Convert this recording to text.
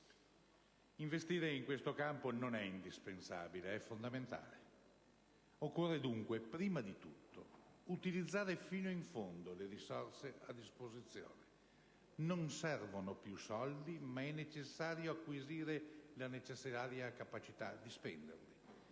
Investire in questo campo non è indispensabile, è fondamentale. Occorre dunque, prima di tutto, utilizzare fino in fondo le risorse a disposizione. Non servono più soldi, ma è necessario acquisire la necessaria capacità di spenderli.